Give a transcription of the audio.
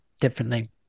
differently